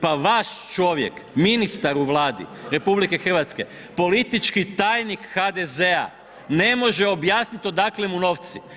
Pa vaš čovjek ministar u Vladi RH, politički tajnik HDZ-a ne može objasniti odakle mu novci.